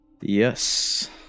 yes